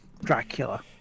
Dracula